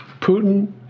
Putin